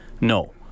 No